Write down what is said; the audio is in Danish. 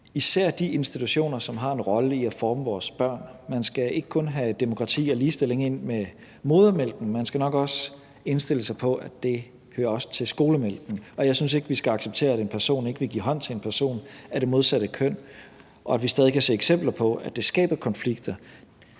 især de institutioner, som har en rolle at spille i forbindelse med at forme vores børn. Man skal ikke kun have demokrati og ligestilling ind med modermælken, man skal nok indstille sig på, at det også hører til skolemælken. Jeg synes ikke, vi skal acceptere, at en person ikke vil give hånd til en person af det modsatte køn. Og at vi stadig kan se eksempler på, at det skaber konflikter,